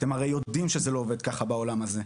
אתם הרי יודעים שזה לא עובד ככה בעולם הזה.